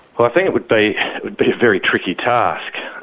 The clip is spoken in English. well, i think it would be. it would be a very tricky task.